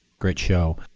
great show.